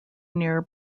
near